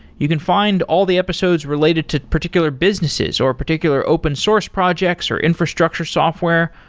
you can find all the episodes related to particular businesses, or particular open source projects, or infrastructure software,